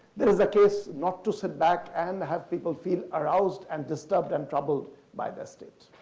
there's a case not to sit back and have people feel aroused and disturbed and troubled by their state.